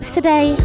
today